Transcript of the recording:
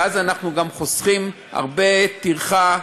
ואז אנחנו גם חוסכים הרבה טרחה,